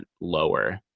lower